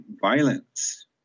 violence